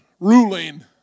Ruling